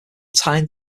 tyne